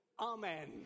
Amen